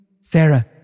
Sarah